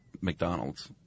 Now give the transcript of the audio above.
McDonald's